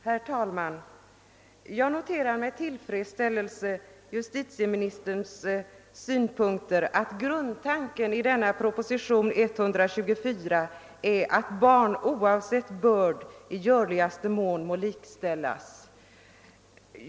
Herr talman! Jag noterar med tillfredsställelse = justitieministerns synpunkter att grundtanken i propositionen 124 är att barn oavsett börd i görligaste mån må likställas.